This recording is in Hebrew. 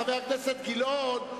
חבר הכנסת גילאון,